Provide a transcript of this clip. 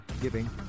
giving